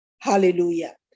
hallelujah